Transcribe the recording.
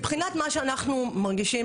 מבחינת מה שאנחנו מרגישים,